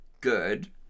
good